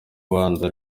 banzi